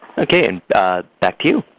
okay. and back to you.